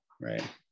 Right